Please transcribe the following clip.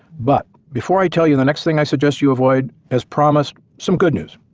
but before i tell you the next thing i suggest you avoid, as promised some good news.